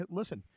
listen